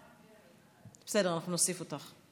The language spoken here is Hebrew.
בסדר, אנחנו נוסיף אותך.